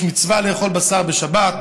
יש מצווה לאכול בשר בשבת,